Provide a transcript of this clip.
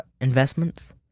investments